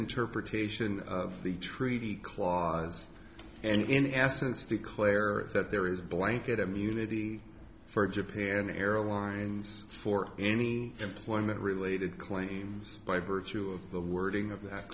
interpretation of the clause and in essence declare that there is a blanket immunity for japan airlines for any employment related claims by virtue of the wording of th